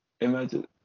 Imagine